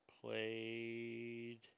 played